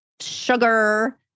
sugar